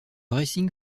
racing